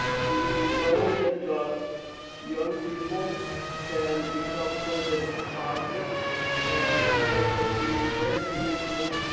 we know that young people can become covid positive and they can be very communicable,